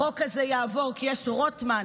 החוק הזה יעבור כי יש רוטמן,